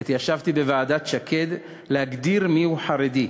עת ישבתי בוועדת שקד, ולהגדיר מיהו חרדי.